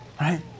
right